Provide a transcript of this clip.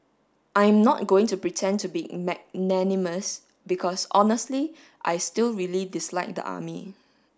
I'm not going to pretend to be magnanimous because honestly I still really dislike the army